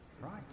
Right